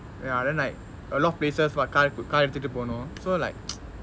ya then like a lot of places like car car எடுத்து போகனும்:aduthuttu poganum so like